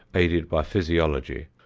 aided by physiology,